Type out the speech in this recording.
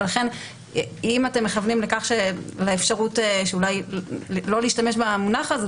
ואם אתם מכוונים לאפשרות לא להשתמש במונח הזה,